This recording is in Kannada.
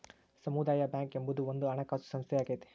ಸಮುದಾಯ ಬ್ಯಾಂಕ್ ಎಂಬುದು ಒಂದು ಹಣಕಾಸು ಸಂಸ್ಥೆಯಾಗೈತೆ